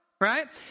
right